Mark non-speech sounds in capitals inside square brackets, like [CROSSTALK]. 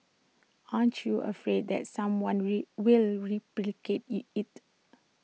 aren't you afraid that someone will will replicate IT it [NOISE]